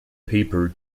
paper